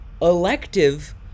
elective